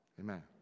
Amen